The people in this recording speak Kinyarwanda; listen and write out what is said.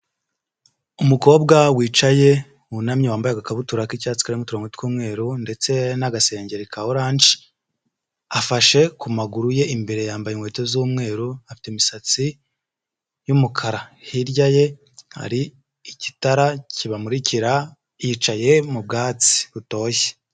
Umukobwa wicaye, wunamye wambaye agakabutura k'icyatsi karimo uturongo tw'umweru, ndetse n'agasengero ka oranje, afashe ku maguru ye, imbere yambaye inkweto z'umweru afite imisatsi y'umukara, hirya ye hari igitara kibamurikira yicaye mu byatsi butoshye.